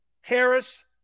Harris